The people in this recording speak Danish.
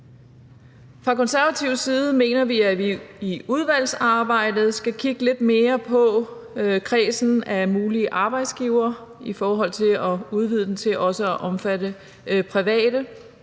Fra konservativ side mener vi, at vi i udvalgsarbejdet skal kigge lidt mere på kredsen af mulige arbejdsgivere i forhold til at udvide den til også at omfatte private,